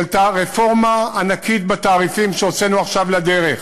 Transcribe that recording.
עלתה רפורמה ענקית בתעריפים שהוצאנו עכשיו לדרך,